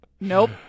nope